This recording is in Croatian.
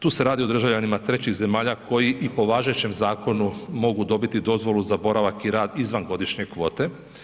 Tu se radi o državljanima trećih zemalja koji i po važećem zakonu mogu dobiti dozvolu za boravak i rad izvan godišnje kvote.